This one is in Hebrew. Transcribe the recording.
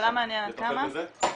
שאלה מעניינת, כמה?